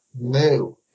No